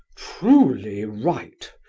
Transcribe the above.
truly right,